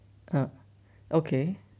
!huh! okay